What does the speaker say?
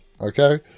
Okay